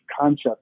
concept